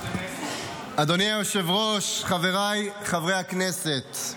אדוני היושב-ראש, חבריי חברי הכנסת,